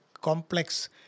complex